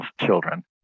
children